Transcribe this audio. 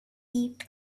eat